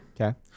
Okay